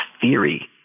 theory